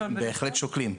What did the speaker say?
בהחלט שוקלים,